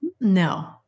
no